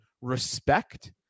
respect